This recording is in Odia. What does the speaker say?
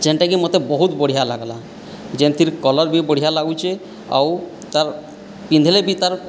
ଯେଉଁଟାକି ମୋତେ ବହୁତ ବଢ଼ିଆ ଲାଗିଲା ଯେଉଁଥିର କଲର ବି ବଢ଼ିଆ ଲାଗୁଛି ଆଉ ତା'ର ପିନ୍ଧିଲେବି ତା'ର